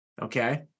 okay